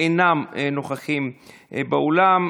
אינם נוכחים באולם.